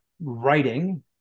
writing